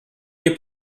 nie